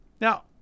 Now